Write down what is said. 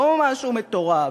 לא משהו מטורף,